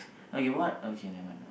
okay what okay never mind